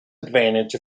advantage